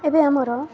ଏବେ ଆମର